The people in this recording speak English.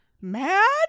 mad